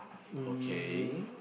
okay